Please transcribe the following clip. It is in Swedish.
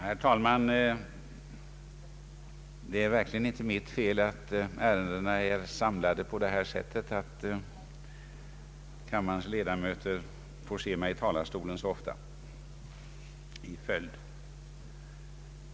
Herr talman! Det är verkligen inte mitt fel att ärendena är samlade på det sättet att kammarens ledamöter får se mig i talarstolen så ofta i följd.